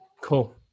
Cool